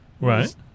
Right